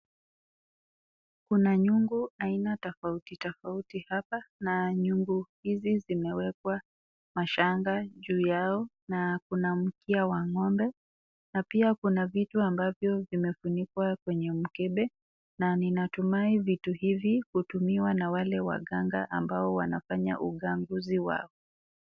Kuna nyungu aina tofauti tofauti hapa na nyungu hizi zimewekwa mashanga juu yao na kuna mkia wa ng'ombe na pia kuna vitu ambavyo vimefunikwa kwenye mkebe na ninatumai vitu hivi hutumiwa na wale waganga ambao wanafanya uganguzi wao.